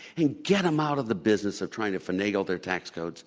and get them out of the business of trying to finagle their tax codes,